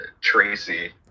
Tracy